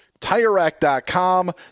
TireRack.com